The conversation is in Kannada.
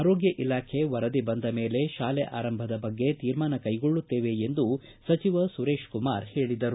ಆರೋಗ್ಯ ಇಲಾಖೆ ವರದಿ ಬಂದ ಮೇಲೆ ಶಾಲೆ ಆರಂಭದ ಬಗ್ಗೆ ತೀರ್ಮಾನ ಕೈಗೊಳ್ಳುತ್ತೇವೆ ಎಂದು ಸಚಿವ ಸುರೇಶಕುಮಾರ್ ಹೇಳಿದರು